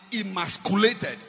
emasculated